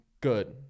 good